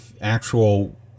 actual